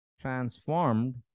transformed